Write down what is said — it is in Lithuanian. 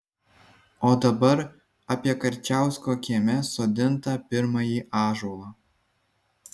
o dabar apie karčiausko kieme sodintą pirmąjį ąžuolą